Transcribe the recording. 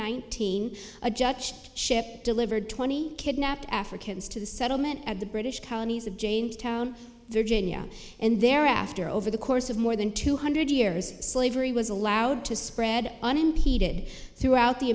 nineteen a judge ship delivered twenty kidnapped africans to the settlement at the british colonies of jamestown virginia and thereafter over the course of more than two hundred years slavery was allowed to spread unimpeded throughout the